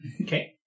Okay